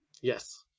Yes